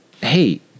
hey—